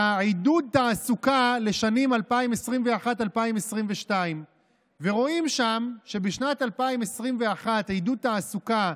את עידוד התעסוקה לשנים 2022-2021. ורואים שם שבשנת 2021 לעידוד תעסוקה,